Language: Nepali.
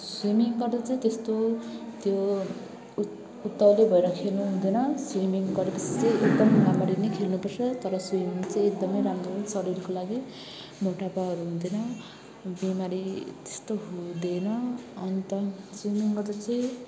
स्विमिङ गर्दा चाहिँ त्यस्तो त्यो उत्त उत्ताउलो भएर खेल्नुहुँदैन स्विमिङ गरेपछि एकदम राम्ररी नै खेल्नुपर्छ तर स्विमिङ चाहिँ एकदमै राम्रो हो शरीरको लागि मोटापाहरू हुँदैन बिमारी त्यस्तो हुँदैन अन्त स्विमिङ गर्दा चाहिँ